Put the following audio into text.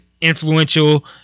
influential